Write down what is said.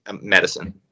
medicine